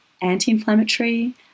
anti-inflammatory